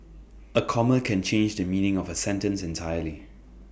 A comma can change the meaning of A sentence entirely